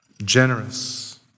generous